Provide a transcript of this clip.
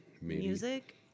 music